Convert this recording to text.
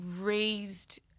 raised